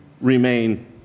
remain